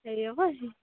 দেৰি হ'বহি